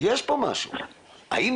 תכף